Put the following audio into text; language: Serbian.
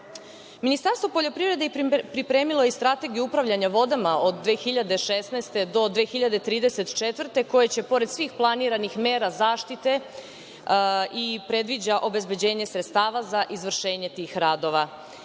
poplava. Ministarstvo poljoprivrede pripremilo je i Strategiju upravljanja vodama od 2016. do 2034. godine, koja pored svih planiranih mera zaštite i predviđa obezbeđenje sredstava za izvršenje tih radova. Dakle,